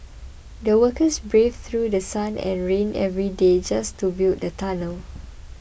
the workers braved through The Sun and rain every day just to build the tunnel